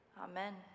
Amen